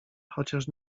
chociaż